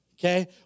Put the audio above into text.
Okay